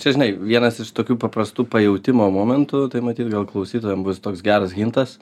čia žinai vienas iš tokių paprastų pajautimo momentų tai matyt gal klausytojam bus toks geras hintas